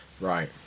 Right